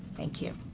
thank you.